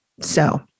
So-